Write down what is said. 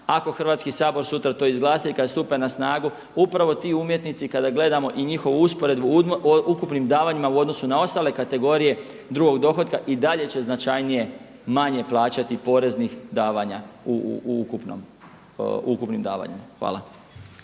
ako Hrvatski sabor sutra to izglasa i kada stupe na snagu upravo ti umjetnici i kada gledamo i njihovu usporedbu u ukupnim davanjima u odnosu na ostale kategorije drugog dohotka i dalje će značajnije manje plaćati poreznih davanja u ukupnim davanjima. Hvala.